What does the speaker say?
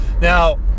now